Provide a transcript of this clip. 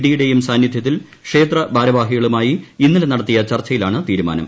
ഡിയുടെയും സാനിധൃത്തിൽ ക്ഷേത്ര ഭാരവാഹികളുമായി ഇന്നലെ നടത്തിയ ചർച്ചയിലാണ് തീരുമാനം